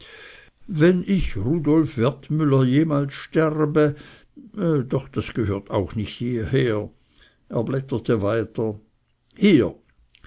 wenn ich rudolf wertmüller jemals sterbe doch das gehört auch nicht hieher er blätterte weiter hier